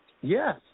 yes